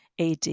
AD